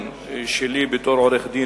הרכב וכשירות),